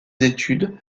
études